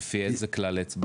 לפי איזה כלל אצבע